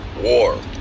War